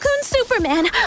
Superman